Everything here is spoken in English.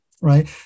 right